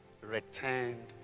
returned